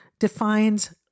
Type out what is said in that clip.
defines